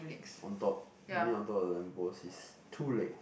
on top you mean on top of the lamp post is two legs